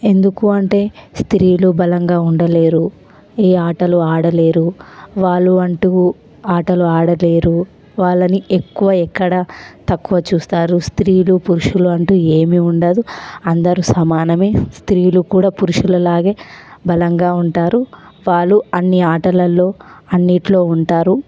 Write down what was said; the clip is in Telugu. ఎందుకు అంటే స్త్రీలు బలంగా ఉండలేరు ఈ ఆటలు ఆడలేరు వాళ్ళు అంటూ ఆటలు ఆడలేరు వాళ్ళని ఎక్కువ ఎక్కడా తక్కువ చూస్తారు స్త్రీలు పురుషులూ అంటూ ఏమీ ఉండదు అందరూ సమానమే స్త్రీలు కూడా పురుషులలాగే బలంగా ఉంటారు వాళ్ళు అన్ని ఆటలలో అన్నిటిలో ఉంటారు